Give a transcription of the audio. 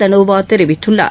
தனோவா தெரிவித்துள்ளார்